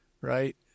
Right